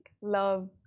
love